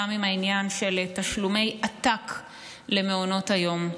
גם עם העניין של תשלומי עתק למעונות היום.